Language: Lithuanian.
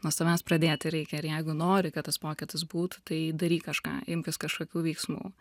nuo savęs pradėti reikia ir jeigu nori kad tas pokytis būtų tai daryk kažką imkis kažkokių veiksmų